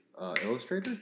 illustrator